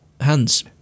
hands